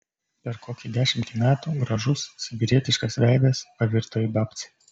per kokį dešimtį metų gražus sibirietiškas veidas pavirto į babcę